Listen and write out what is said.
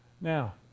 Now